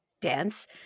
dance